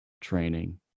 training